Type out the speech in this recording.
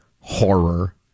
horror